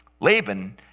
Laban